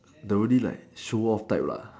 the only like show off type lah